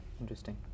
Interesting